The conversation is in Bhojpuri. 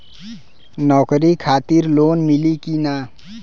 नौकरी खातिर लोन मिली की ना?